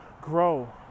grow